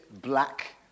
black